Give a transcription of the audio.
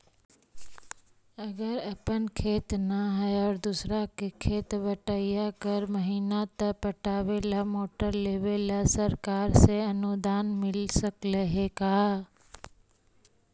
अगर अपन खेत न है और दुसर के खेत बटइया कर महिना त पटावे ल मोटर लेबे ल सरकार से अनुदान मिल सकले हे का?